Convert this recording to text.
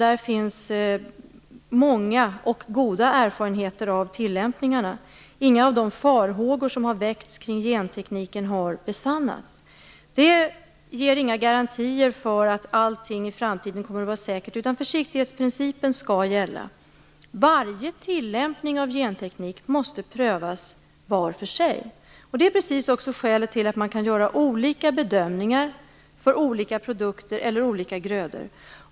Där finns många och goda erfarenheter av tillämpningarna. Inga av de farhågor som har väckts om gentekniken har besannats. Det ger dock inga garantier för att allting i framtiden kommer att vara säkert, utan försiktighetsprincipen skall gälla. Varje tillämpning av genteknik måste prövas för sig. Just detta är skälet till att man kan göra olika bedömningar för olika produkter eller olika grödor.